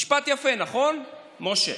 משפט יפה, נכון, משה?